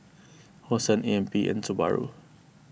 Hosen A M P and Subaru